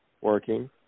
working